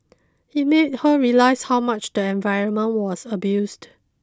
it made her realise how much the environment was abused